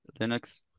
Linux